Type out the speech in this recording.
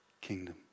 kingdom